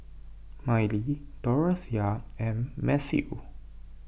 Miley Dorothea and Mathew